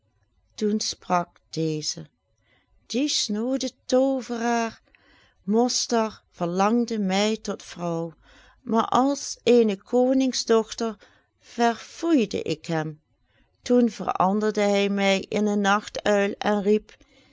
toen sprak deze die snoode toovenaar mostar verlangde mij tot vrouw maar als eene koningsdochter verfoeide ik hem toen veranderde hij mij in een nachtuil en riep